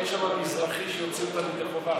אין שם מזרחי שיוציא אותם ידי חובה.